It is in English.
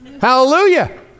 Hallelujah